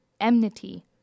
enmity